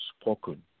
spoken